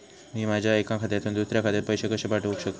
मी माझ्या एक्या खात्यासून दुसऱ्या खात्यात पैसे कशे पाठउक शकतय?